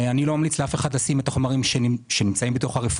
אני לא אמליץ לאף אחד לשים את החומרים האלה בדלק